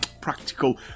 practical